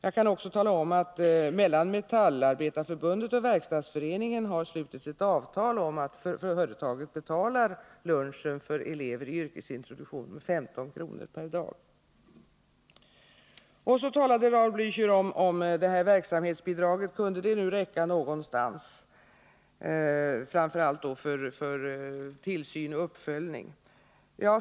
Jag kan också tala om att det mellan Metallindustriarbetareförbundet och Verkstadsföreningen har slutits ett avtal om att företagen betalar lunchen för elever i yrkesintroduktion med 15 kr. per dag. Raul Blächer talade också om verksamhetsbidraget. Han undrade om det kunde räcka någonstans, framför allt när det gäller tillsyn och uppföljning.